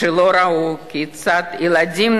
שלא ראו כיצד ילדים,